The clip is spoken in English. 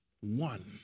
one